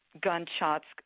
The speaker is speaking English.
gunshots